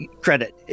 credit